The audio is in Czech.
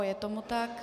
Je tomu tak.